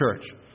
church